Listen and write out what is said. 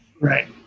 right